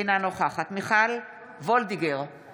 אינה נוכחת מיכל וולדיגר,